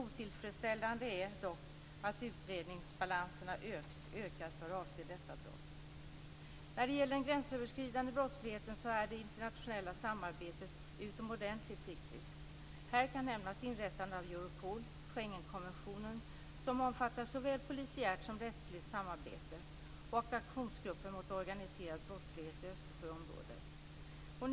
Otillfredsställande är dock att utredningsbalanserna ökat vad avser dessa brott. När det gäller den gränsöverskridande brottsligheten är det internationella samarbetet utomordentligt viktigt. Här kan nämnas inrättandet av Europol, Schengenkonventionen, som omfattar såväl polisiärt som rättsligt samarbete, och Aktionsgruppen mot organiserad brottslighet i Östersjöområdet.